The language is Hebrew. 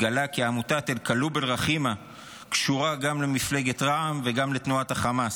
התגלה כי עמותת אלקלוב אלרחימה קשורה גם למפלגת רע"מ וגם לתנועת החמאס.